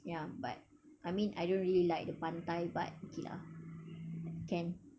ya but I mean I don't really like the pantai but okay lah can